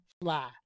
fly